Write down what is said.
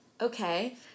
Okay